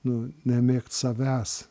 nu nemėgt savęs